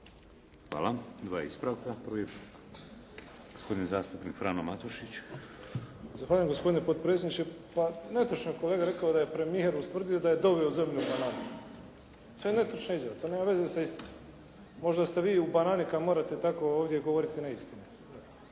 Hvala. Dva ispravka. Prvi, gospodin zastupnik Frano Matušić. **Matušić, Frano (HDZ)** Zahvaljujem gospodine potpredsjedniče. Pa netočno je kolega rekao da je premijer ustvrdio da je doveo zemlju … /Ne razumije se./ … to je netočna izjava, to nema veze sa istinom. Možda ste vi u banani kada morate tako ovdje govoriti neistine.